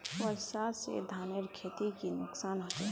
वर्षा से धानेर खेतीर की नुकसान होचे?